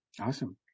Awesome